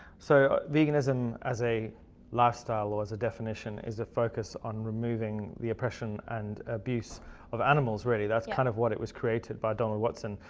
so, veganism as a lifestyle or as a definition is the focus on removing the oppression and abuse of animals, really. that's kind of what it was created by donald watson.